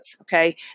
okay